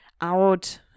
out